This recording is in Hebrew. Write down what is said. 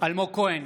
אלמוג כהן,